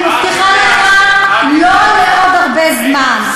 אני מבטיחה לך לא לעוד הרבה זמן.